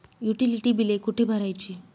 Utility बिले कुठे भरायची?